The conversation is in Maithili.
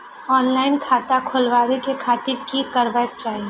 ऑनलाईन खाता खोलाबे के खातिर कि करबाक चाही?